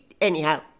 anyhow